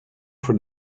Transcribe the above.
for